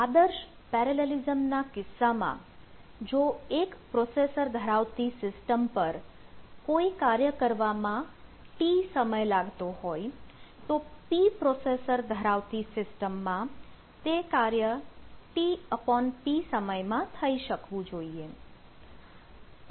આદર્શ પેરેલેલિસમના કિસ્સામાં જો એક પ્રોસેસર ધરાવતી સિસ્ટમ પર કોઈ કાર્ય કરવામાં T સમય લાગતો હોય તો P પ્રોસેસર ધરાવતી સિસ્ટમમાં તે કાર્ય TP સમયમાં થઈ શકવું જોઈએ